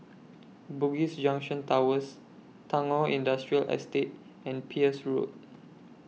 Bugis Junction Towers Tagore Industrial Estate and Peirce Road